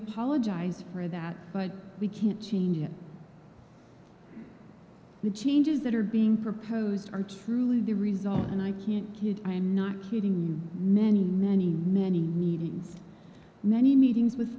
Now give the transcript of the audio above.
apologize for that but we can't change the changes that are being proposed are truly the result and i can't kid i am not kidding you many many many needing many meetings with